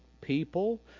people